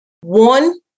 one